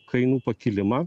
kainų pakilimą